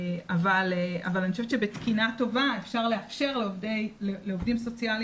אבל אני חושבת שב תקינה טובה אפשר לאפשר לעובדים סוציאליים,